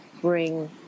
bring